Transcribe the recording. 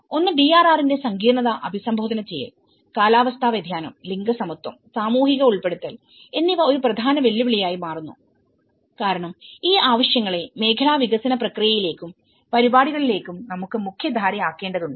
ഒന്ന് ഡിആർആറിന്റെ സങ്കീർണ്ണത അഭിസംബോധന ചെയ്യൽ കാലാവസ്ഥാ വ്യതിയാനം ലിംഗസമത്വം സാമൂഹിക ഉൾപ്പെടുത്തൽ എന്നിവ ഒരു പ്രധാന വെല്ലുവിളിയായി മാറുന്നു കാരണം ഈ ആവശ്യങ്ങളെ മേഖലാ വികസന പ്രക്രിയയിലേക്കും പരിപാടികളിലേക്കും നമുക്ക് മുഖ്യധാരയാക്കേണ്ടതുണ്ട്